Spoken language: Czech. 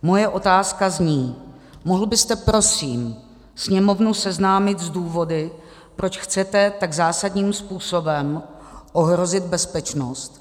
Moje otázka zní: Mohl byste prosím Sněmovnu seznámit s důvody, proč chcete tak zásadním způsobem ohrozit bezpečnost?